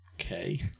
okay